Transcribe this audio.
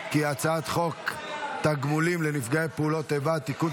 הצעת חוק התגמולים לנפגעי פעולות איבה (תיקון,